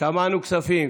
ועדת כספים.